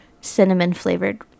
cinnamon-flavored